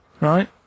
Right